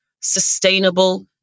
sustainable